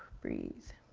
breathe.